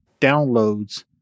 downloads